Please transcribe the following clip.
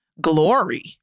glory